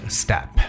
step